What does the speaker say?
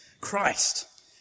Christ